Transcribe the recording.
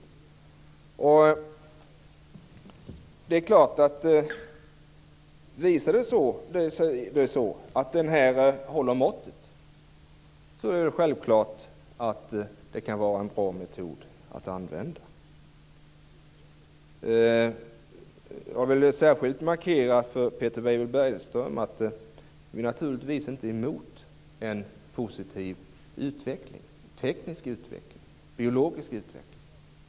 Visar det sig då att metoden håller måttet kan det självklart vara en bra metod att använda. Jag vill särskilt markera för Peter Weibull Bernström att vi naturligtvis inte är emot en positiv teknisk och biologisk utveckling.